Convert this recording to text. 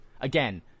again